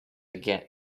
git